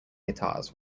guitars